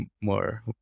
more